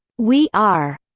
we are,